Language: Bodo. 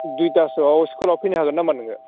दुइथासोआव स्खुलाव फैनो हागोन नामा नोङो